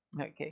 Okay